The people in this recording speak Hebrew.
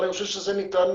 אבל אני חושב שזה ניתן